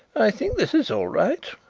i think this is all right.